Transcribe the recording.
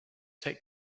take